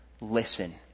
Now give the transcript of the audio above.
listen